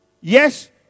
Yes